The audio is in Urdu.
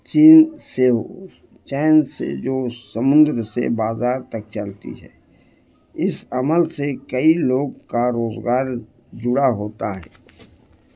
چین سے چین سے جو سمندر سے بازار تک چلتی ہے اس عمل سے کئی لوگ کا روزگار جڑا ہوتا ہے